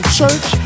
church